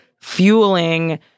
fueling